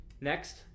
next